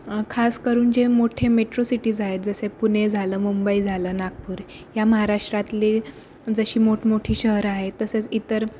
खासकरून जे मोठे मेट्रो सिटीज आहेत जसे पुणे झालं मुंबई झालं नागपूर या महाराष्ट्रातली जशी मोठमोठी शहरं आहेत तसेच इतर